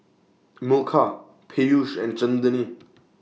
Milkha Peyush and